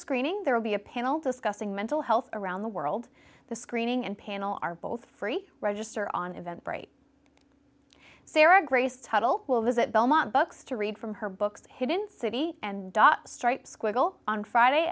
screening there will be a panel discussing mental health around the world the screening and panel are both free register on event break there are grace tuttle will visit belmont books to read from her book hidden city and dot stripes squiggle on friday